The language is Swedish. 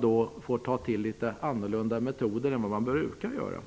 Då får man ta till litet annorlunda metoder än vad man brukar använda.